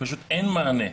פשוט אין מענה.